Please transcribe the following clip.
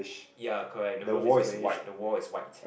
ya correct the roof is greyish the wall is white